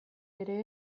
ere